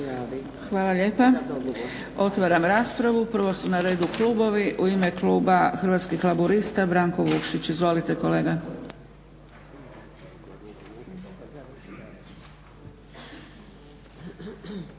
Hvala lijepa. Otvaram raspravu. Prvo su na redu klubovi. U ime Kluba Hrvatskih laburista Branko Vukšić. Izvolite kolega.